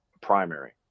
primary